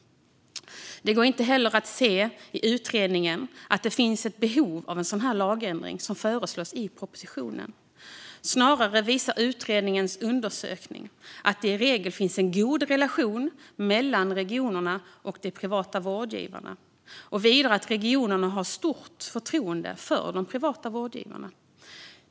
Det går inte heller att se i utredningen att det finns ett behov av en sådan lagändring som föreslås i propositionen. Snarare visar utredningens undersökning att det i regel finns en god relation mellan regionerna och de privata vårdgivarna och vidare att regionerna har stort förtroende för de privata vårdgivarna.